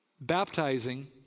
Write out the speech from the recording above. baptizing